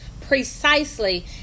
precisely